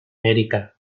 erika